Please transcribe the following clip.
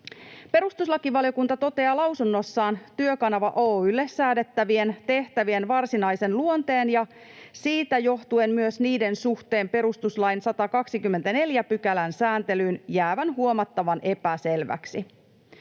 Perustuslakivaliokunta toteaa lausunnossaan Työkanava Oy:lle säädettävien tehtävien varsinaisen luonteen ja siitä johtuen myös niiden suhteen perustuslain 124 §:n sääntelyyn jäävän huomattavan epäselväksi.